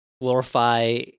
glorify